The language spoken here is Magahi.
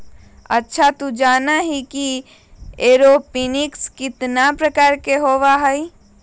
अच्छा तू जाना ही कि एरोपोनिक्स कितना प्रकार के होबा हई?